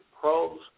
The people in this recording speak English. pros